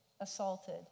assaulted